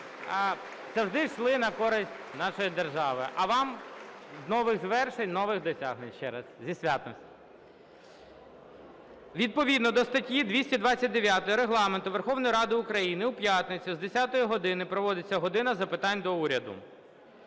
завжди йшли на користь нашій державі. А вам – нових звершень, нових досягнень. Ще раз, зі святом. Відповідно до статті 229 Регламенту Верховної Ради України у п'ятницю з 10 години проводиться "година запитань до Уряду".